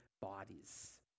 bodies